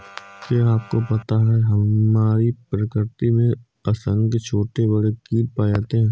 क्या आपको पता है हमारी प्रकृति में असंख्य छोटे बड़े कीड़े पाए जाते हैं?